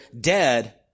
dead